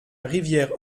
rivière